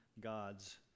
God's